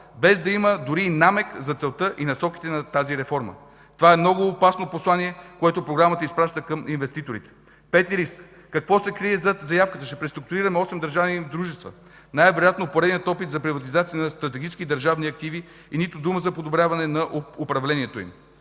без да има дори и намек за целта и насоката на тази реформа. Това е много опасно послание, което програмата изпраща към инвеститорите. Пети риск: Какво се крие зад заявката „Ще преструктурираме осем държавни дружества”? Най-вероятно поредният опит за приватизация на стратегически държавни активи и нито дума за подобряване на управлението им.